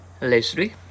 Leslie